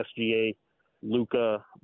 SGA-Luca